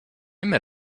met